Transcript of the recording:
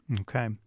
Okay